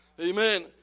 Amen